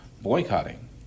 boycotting